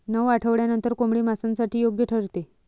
नऊ आठवड्यांनंतर कोंबडी मांसासाठी योग्य ठरते